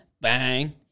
Bang